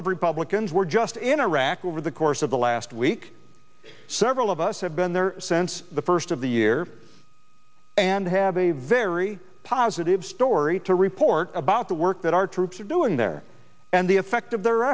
of republicans were just in iraq over the course of the last week several of us have been there since the first of the year and have a very positive story to report about the work that our troops are doing there and the effect of their